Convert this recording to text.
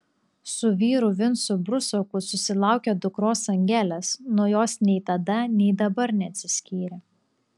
su vyru vincu brusoku susilaukė dukros angelės nuo jos nei tada nei dabar neatsiskyrė